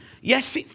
Yes